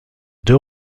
deux